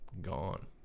gone